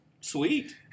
sweet